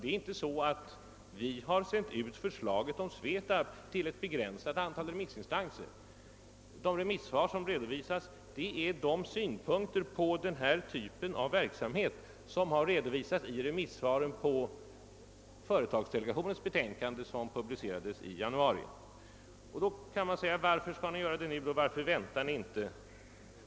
Vi har inte sänt ut förslaget om SVETAB till ett begränsat antal remissinstanser. Vad som redovisas är remissvaren rörande den typ av verksamhet som behandlades av företagsdelegationens betänkande, vilket publicerades i januari. Då kan man fråga sig: Varför skall ni göra det nu och varför väntar ni inte?